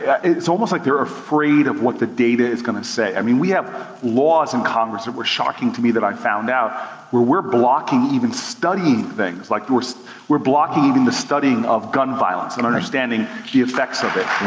it's almost like they're afraid of what the data is going to say. i mean, we have laws in congress that were shocking to me that i found out, where we're blocking even studying things. like we're so we're blocking even the studying of gun violence, and understanding the effects of it.